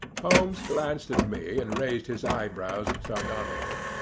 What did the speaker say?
holmes glanced at me and raised his eyebrows sardonically.